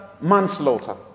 manslaughter